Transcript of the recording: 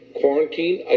quarantine